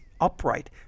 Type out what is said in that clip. upright